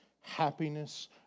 happiness